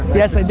yes, i do,